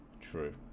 true